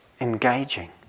engaging